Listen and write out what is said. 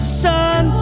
sun